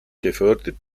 gefördert